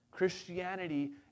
Christianity